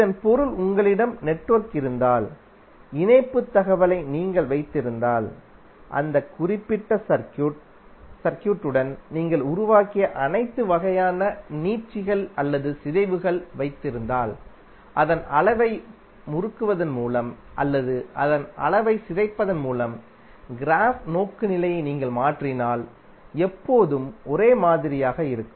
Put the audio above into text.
இதன் பொருள் உங்களிடம் நெட்வொர்க் இருந்தால் இணைப்புத் தகவலை நீங்கள் வைத்திருந்தால் அந்த குறிப்பிட்ட சர்க்யூட் உடன் நீங்கள் உருவாக்கிய அனைத்து வகையான நீட்சிகள் அல்லது சிதைவுகள் வைத்திருந்தால் அதன் அளவை முறுக்குவதன் மூலம் அல்லது அதன் அளவை சிதைப்பதன் மூலம் க்ராஃப் நோக்குநிலையை நீங்கள் மாற்றினால் எப்போதும் ஒரே மாதிரியாக இருக்கும்